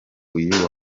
uyu